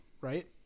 right